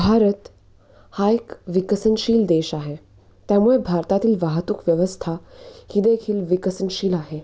भारत हा एक विकसनशील देश आहे त्यामुळे भारतातील वाहतूकव्यवस्था ही देखील विकसनशील आहे